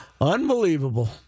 Unbelievable